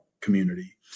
community